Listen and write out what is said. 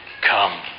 come